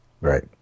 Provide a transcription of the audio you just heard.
Right